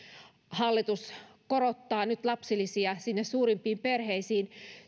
hallitus korottaa nyt lapsilisiä sinne suurimpiin perheisiin